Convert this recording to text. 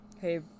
hey